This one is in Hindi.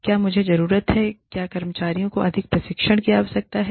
क्या मुझे जरूरत हैक्या कर्मचारियों को अधिक प्रशिक्षण की आवश्यकता है